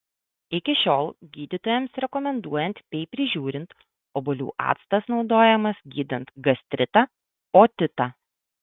iki šiol gydytojams rekomenduojant bei prižiūrint obuolių actas naudojamas gydant gastritą otitą